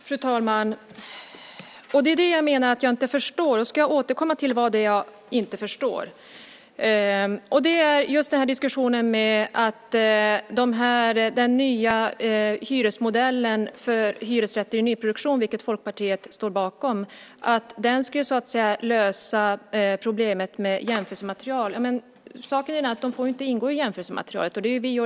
Fru talman! Det är det jag menar att jag inte förstår, och jag ska återkomma till det jag inte förstår. Det är diskussionen med att den nya hyresmodellen för hyresrätter i nyproduktion, vilken Folkpartiet står bakom, så att säga skulle lösa problemet med jämförelsematerial. Saken är den att de inte får ingå i jämförelsematerialet.